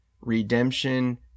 redemption